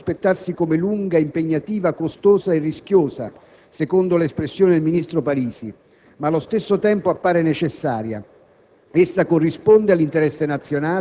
La missione UNIFIL 2 continua dunque a prospettarsi come «lunga, impegnativa, costosa e rischiosa», secondo l'espressione del ministro Parisi, ma allo stesso modo appare necessaria.